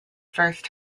first